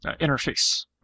interface